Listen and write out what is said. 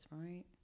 Right